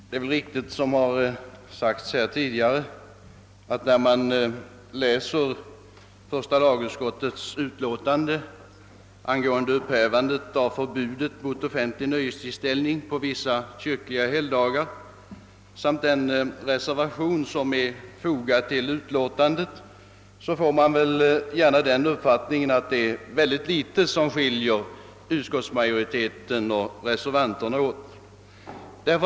Det är riktigt vad som sagts tidigare att när man läser första lagutskottets förevarande utlåtande om upphävande av förbudet mot offentlig nöjestillställning på vissa kyrkliga helgdagar får man lätt den uppfattningen att det är mycket litet som skiljer utskottsmajoriteten och reservanterna.